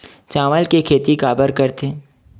चावल के खेती काबर करथे?